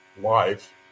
life